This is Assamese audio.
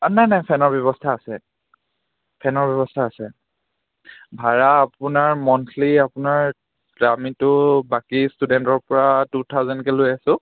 নাই নাই ফেনৰ ব্যৱস্থা আছে ফেনৰ ব্যৱস্থা আছে ভাড়া আপোনাৰ মন্থলি আপোনাৰ আমিতো বাকী ষ্টুডেণ্টৰ পৰা টু থাউজেণ্ডকৈ লৈ আছোঁ